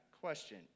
question